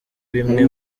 bimwe